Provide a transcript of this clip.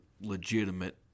legitimate